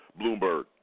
Bloomberg